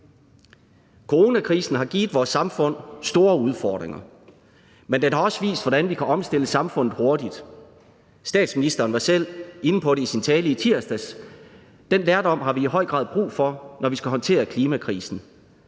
Coronakrisen har givet vores samfund store udfordringer, men den har også vist, hvordan vi kan omstille samfundet hurtigt. Statsministeren var selv inde på det i sin tale i tirsdags. Den lærdom har vi i høj grad brug for, når vi skal håndtere klimakrisen